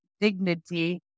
Dignity